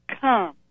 Come